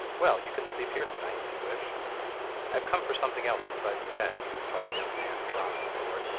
well, you can sleep here to-night if you wish i have come for something else besides a bed replied the young man, drawing his sword,